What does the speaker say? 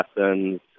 lessons